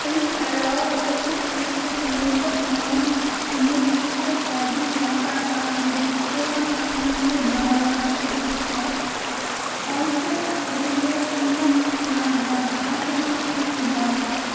اَمہِ علاوٕ أکِس یِتھِس مُلکَس منٛز ییٚتہِ اقتصٲدی پٲداوار صرف ژور ہَتھ پٕنٛژٕ ڈالرز فِكٕس چھِ اوسط رِشو قیٖمَت چھِ لَگ بَگ اکھ ہَتھ تہٕ شیٹھ ڈالرز